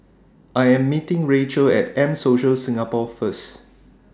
I Am meeting Rachel At M Social Singapore First